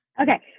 Okay